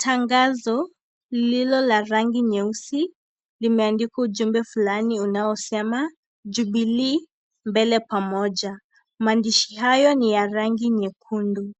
Tangazo lilo la rangi nyeusi limeandika ujumbe fulani unaosema "Jubilee mbele pamoja". Maandishi hayo ni ya rangi nyekundu.